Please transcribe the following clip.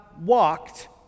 walked